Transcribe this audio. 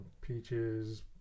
peaches